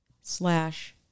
slash